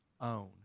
own